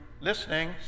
listening